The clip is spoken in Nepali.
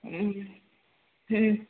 उम् उम्